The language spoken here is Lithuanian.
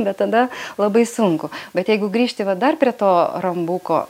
bet tada labai sunku bet jeigu grįžti va dar prie to rambuko